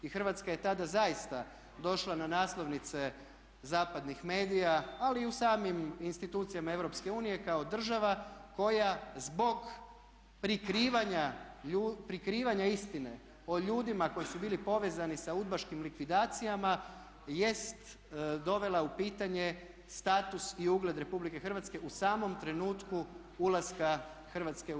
I Hrvatska je tada zaista došla na naslovnice zapadnih medija, ali i u samim institucijama EU kao država koja zbog prikrivanja istine o ljudima koji su bili povezani sa udbaškim likvidacijama jest dovela u pitanje status i ugled RH u samom trenutku ulaska Hrvatske u EU.